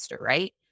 right